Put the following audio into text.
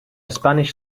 spanish